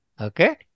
Okay